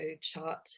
chart